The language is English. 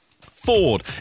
Ford